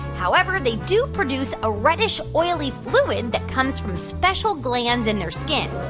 however, they do produce a reddish, oily fluid that comes from special glands in their skin.